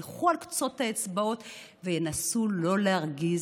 ילכו על קצות האצבעות וינסו לא להרגיז